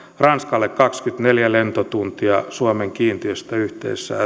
ranskalle kaksikymmentäneljä lentotuntia suomen kiintiöstä yhteisessä